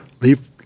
leave